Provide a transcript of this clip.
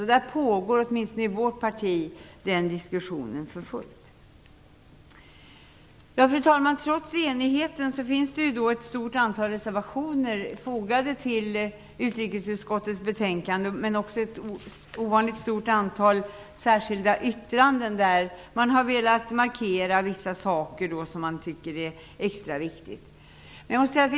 Därför pågår, åtminstone i vårt parti, den diskussionen för fullt. Fru talman! Trots enigheten finns det ett stort antal reservationer fogade till utrikesutskottets betänkande, men också ett ovanligt stort antal särskilda yttranden där man har velat markera vissa saker som man tycker är extra viktiga.